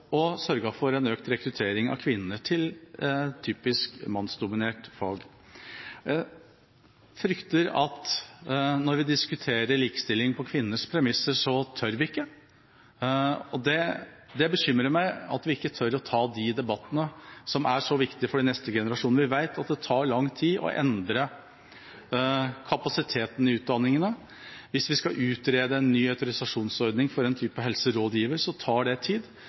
og sørget for økt rekruttering av kvinner til typisk mannsdominerte fag. Jeg frykter at når vi diskuterer likestilling på kvinnenes premisser, tør vi ikke. Det bekymrer meg at vi ikke tør å ta de debattene som er så viktige for de neste generasjonene. Vi vet at det tar lang tid å endre kapasiteten i utdanningene. Hvis vi skal utrede en ny autorisasjonsordning for en type helserådgiver, tar det tid.